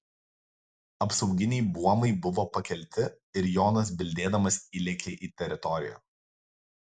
apsauginiai buomai buvo pakelti ir jonas bildėdamas įlėkė į teritoriją